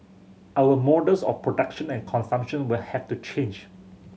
our models of production and consumption will have to change